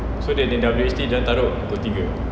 so dia punya W_H_D dorang taruk pukul tiga